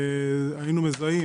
והיינו מזהים,